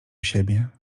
siebie